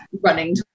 running